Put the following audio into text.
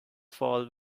fall